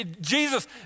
Jesus